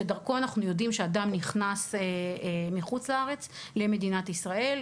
שדרכו אנחנו יודעים שאדם נכנס מחוץ לארץ למדינת ישראל,